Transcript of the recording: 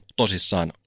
tosissaan